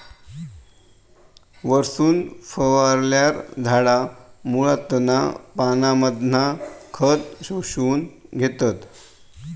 वरसून फवारल्यार झाडा मुळांतना पानांमधना खत शोषून घेतत